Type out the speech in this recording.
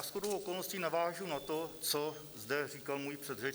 Shodou okolností navážu na to, co zde říkal můj předřečník.